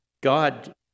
God